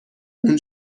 اون